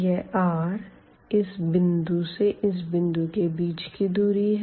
यह r इस बिंदु से इस बिंदु के बीच की दूरी है